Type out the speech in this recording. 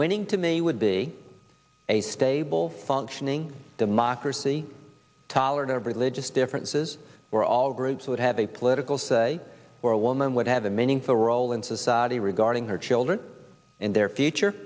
winning to me would be a stable functioning democracy tolerant of religious differences were all groups would have a political say or a woman would have a meaningful role in society regarding her children and their future